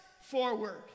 forward